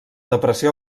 depressió